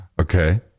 Okay